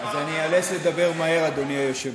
אז אני איאלץ לדבר מהר, אדוני היושב-ראש.